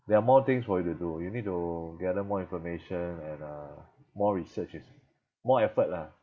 there are more things for you to do you need to gather more information and uh more research is more effort lah